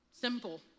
simple